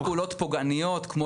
לא,